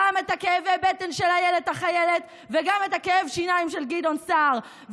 גם את כאבי הבטן של אילת החיילת וגם את כאב השיניים של גדעון סער.